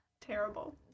terrible